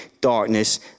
darkness